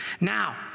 Now